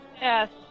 Yes